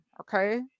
okay